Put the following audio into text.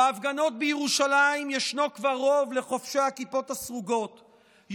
בהפגנות בירושלים ישנו כבר רוב לחובשי הכיפות הסרוגות,